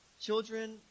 Children